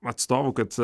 atstovu kad